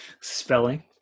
spelling